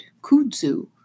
Kudzu